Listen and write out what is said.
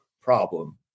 problem